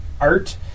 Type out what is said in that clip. art